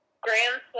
Grand